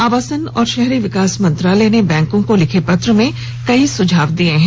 आवासन और शहरी विकास मंत्रालय ने बैंकों को लिखे पत्र में कई सुझाव दिये हैं